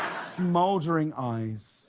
smoldering eyes